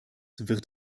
wird